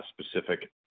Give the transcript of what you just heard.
specific